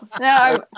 no